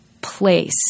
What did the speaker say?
place